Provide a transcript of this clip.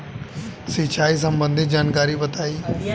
सिंचाई संबंधित जानकारी बताई?